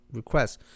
requests